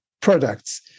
products